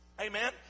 Amen